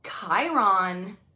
Chiron